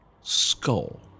skull